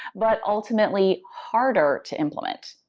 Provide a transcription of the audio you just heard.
but ultimately harder to implement.